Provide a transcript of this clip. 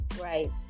Right